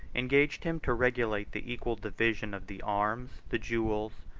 engaged him to regulate the equal division of the arms, the jewels,